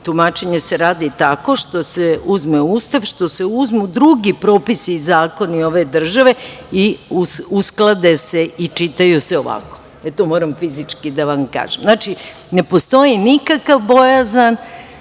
tumačenje se radi tako što se uzme Ustav, što se uzmu drugi propisi i zakoni ove države i usklade se i čitaju se ovako. To moram fizički da vam kažem. Znači, ne postoji nikakav bojazan,